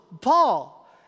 Paul